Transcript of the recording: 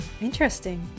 interesting